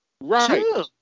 Right